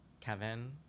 Kevin